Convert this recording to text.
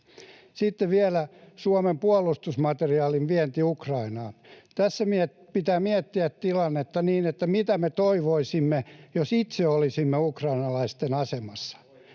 Sitten vielä Suomen puolustusmateriaalin vienti Ukrainaan: Tässä pitää miettiä tilannetta niin, että mitä me toivoisimme, jos itse olisimme ukrainalaisten asemassa.